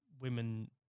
women